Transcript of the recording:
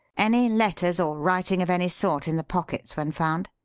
any letters or writing of any sort in the pockets when found?